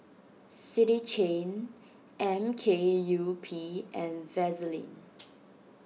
City Chain M K U P and Vaseline